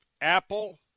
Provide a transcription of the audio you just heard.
Apple